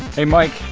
hey, mike.